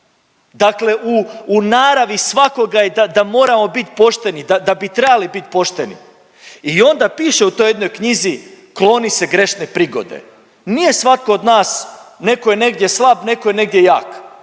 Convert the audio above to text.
Dakle u naravi svakoga je da moramo bit pošteni, da bi trebali bit pošteni i onda piše u toj jednoj knjizi kloni se grešne prigode. Nije svatko od nas, netko je negdje slab, netko je negdje jak,